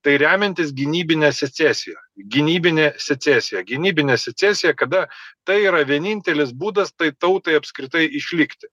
tai remiantis gynybine secesija gynybinė secesija gynybinė secesija kada tai yra vienintelis būdas tai tautai apskritai išlikti